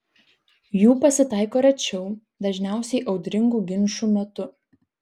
jų pasitaiko rečiau dažniausiai audringų ginčų metu